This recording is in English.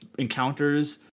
encounters